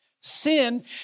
sin